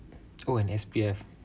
and S_P_F